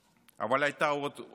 אבל הייתה עוד סיבה,